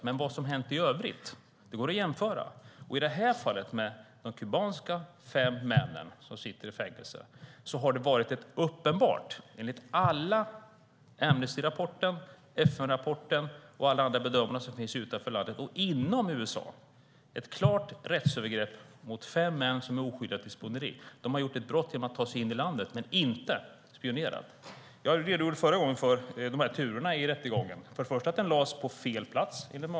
Men vad som har hänt i övrigt går att jämföra. I detta fall, med de fem kubanska män som sitter i fängelse, har det varit ett uppenbart och klart rättsövergrepp enligt Amnestyrapporten, FN-rapporten och alla andra bedömare som finns utanför landet och inom USA. Detta är fem män som är oskyldiga till spioneri. De har begått ett brott genom att ta sig in i landet, men de har inte spionerat. Jag redogjorde förra gången för turerna i rättegången. För det första förlades den till fel plats, enligt många.